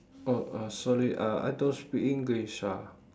oh sorry uh uh I don't speak english ah